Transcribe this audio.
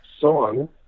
song